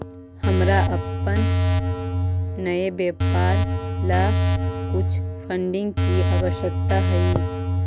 हमारा अपन नए व्यापार ला कुछ फंडिंग की आवश्यकता हई